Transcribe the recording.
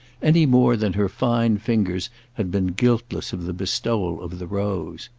any more than her fine fingers had been guiltless of the bestowal of the rose.